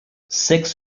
six